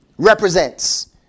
represents